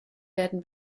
werden